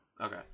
Okay